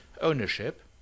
ownership